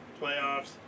playoffs